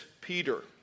Peter